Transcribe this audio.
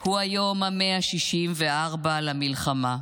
הוא היום ה-164 למלחמה,